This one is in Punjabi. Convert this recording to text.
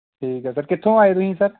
ਠੀਕ ਹੈ ਸਰ ਕਿੱਥੋਂ ਆਏਂ ਤੁਸੀਂ ਸਰ